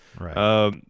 Right